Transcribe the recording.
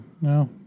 No